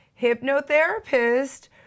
hypnotherapist